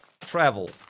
Travel